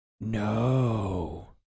No